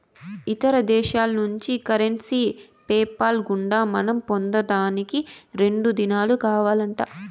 ఇతర దేశాల్నుంచి currency PayPal గుండా మనం పొందేదానికి రెండు దినాలు కావాలంట